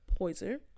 Poiser